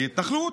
לא מהתנחלות.